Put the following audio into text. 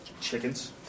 Chickens